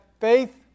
faith